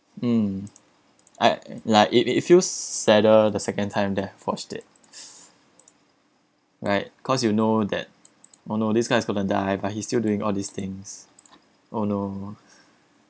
mm I like it it feels sadder the second time that I watched it right cause you know that oh no this guy is going to die but he still doing all these things oh no